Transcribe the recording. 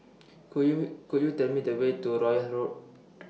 Could YOU Could YOU Tell Me The Way to Royal Road